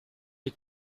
est